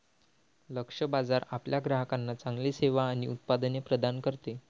लक्ष्य बाजार आपल्या ग्राहकांना चांगली सेवा आणि उत्पादने प्रदान करते